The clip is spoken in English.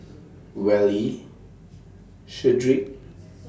Wally Shedrick